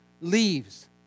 leaves